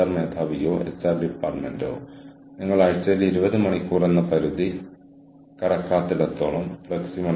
നെറ്റ്വർക്കിന്റെ ഉപജീവനം ബന്ധങ്ങൾ കെട്ടിപ്പടുക്കുന്നതിനെയും പങ്കാളിത്തത്തിനുള്ള അവസരങ്ങളെയും ആശ്രയിച്ചിരിക്കുന്നു